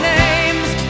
names